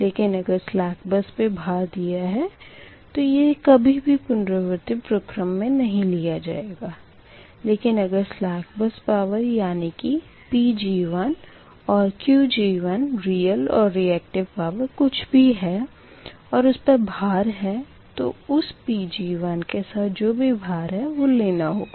लेकिन अगर slack bus पे भार दिया है तो ये कभी भी पुनरावर्ती प्रक्रम मे नही लिया जाएगा लेकिन अगर सलेक बस पावर यानी कि P PG1 and QG1 real और रीयक्टिव पावर कुछ भी है और उस पर भार है तो उसPG1 के साथ जो भी भार है वो लेना होगा